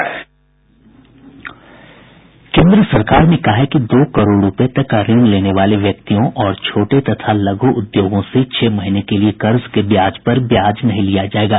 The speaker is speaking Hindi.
केंद्र सरकार ने कहा है कि दो करोड़ रूपये तक ऋण लेने वाले व्यक्तियों और छोटे तथा लघु उद्योगों से छह महीने के लिए कर्ज के ब्याज पर ब्याज नहीं लिया जायेगा